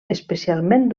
especialment